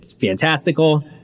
fantastical